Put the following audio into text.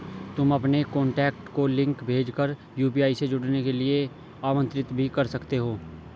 तुम अपने कॉन्टैक्ट को लिंक भेज कर यू.पी.आई से जुड़ने के लिए आमंत्रित भी कर सकते हो